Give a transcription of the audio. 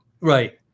right